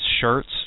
shirts